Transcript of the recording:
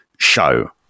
show